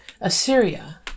Assyria